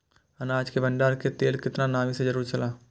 अनाज के भण्डार के लेल केतना नमि के जरूरत छला?